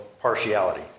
partiality